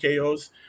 KOs